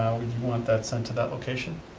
want that sent to that location?